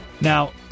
Now